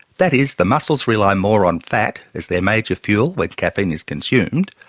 that is the muscles rely more on fat as their major fuel when caffeine is consumed,